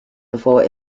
before